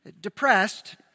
Depressed